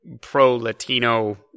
pro-Latino